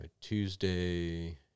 Tuesday